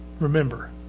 remember